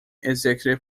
executive